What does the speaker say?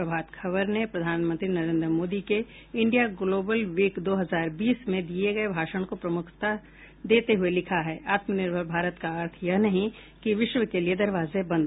प्रभात खबर ने प्रधानमंत्री नरेन्द्र मोदी के इंडिया ग्लोबल वीक दो हजार बीस में दिये गये भाषण को प्रमुखता देते हुए लिखा है आत्मनिर्भर भारत का अर्थ यह नहीं कि विश्व के लिए दरवाजे बंद